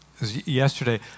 yesterday